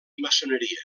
maçoneria